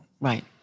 Right